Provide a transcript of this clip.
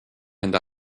and